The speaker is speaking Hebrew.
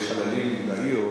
כשיש חללים בעיר,